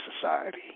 society